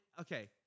okay